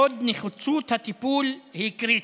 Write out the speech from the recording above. בעוד שנחיצות הטיפול היא קריטית.